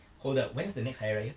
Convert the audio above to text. hold up when is the next hari raya